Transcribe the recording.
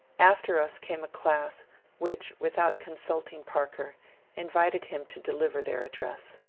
after us came a class which with out consulting parker invited him to deliver their address.